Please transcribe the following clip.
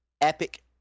epic